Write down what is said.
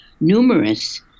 numerous